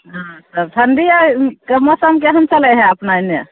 हँ तब ठंडी आरके मौसम केहन चलै है अपना एने